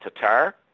Tatar